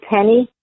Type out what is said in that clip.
Penny